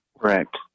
Correct